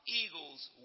eagles